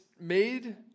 made